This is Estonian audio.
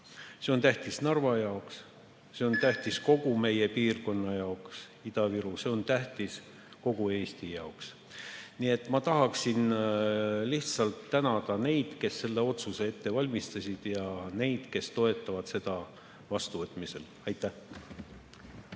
ei sure välja. See on tähtis kogu meie piirkonna, Ida-Viru jaoks. See on tähtis kogu Eesti jaoks. Nii et ma tahan lihtsalt tänada neid, kes selle otsuse ette valmistasid, ja neid, kes toetavad selle vastuvõtmist. Aitäh!